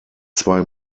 zwei